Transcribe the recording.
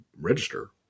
register